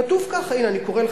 כתוב ככה, הנה אני קורא לך,